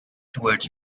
towards